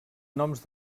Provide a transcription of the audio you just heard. noms